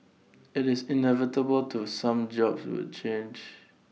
IT is inevitable to some jobs will change